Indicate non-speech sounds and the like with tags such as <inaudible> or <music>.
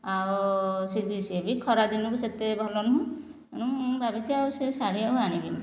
ଆଉ <unintelligible> ସିଏ ବି ଖରାଦିନକୁ ସେତେ ଭଲ ନୁହେଁ ମୁଁ ଭାବିଛି ଆଉ ସେ ଶାଢ଼ୀ ଆଉ ଆଣିବିନି